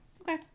Okay